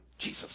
Jesus